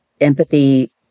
empathy